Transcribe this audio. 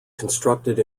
constructed